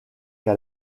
qu’à